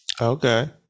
Okay